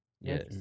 Yes